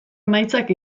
emaitzak